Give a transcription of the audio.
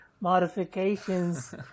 modifications